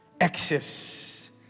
Access